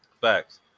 Facts